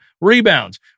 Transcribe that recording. rebounds